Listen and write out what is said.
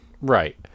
Right